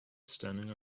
standing